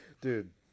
Dude